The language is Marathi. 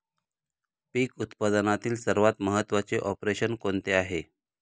पीक उत्पादनातील सर्वात महत्त्वाचे ऑपरेशन कोणते आहे?